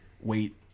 wait